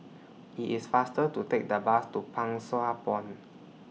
IT IS faster to Take The Bus to Pang Sua Pond